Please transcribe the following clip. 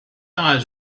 eyes